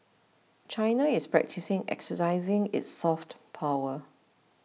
China is practising exercising its soft power